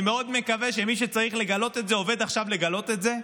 אני מאוד מקווה שמי שצריך לגלות את זה עובד עכשיו לגלות את זה,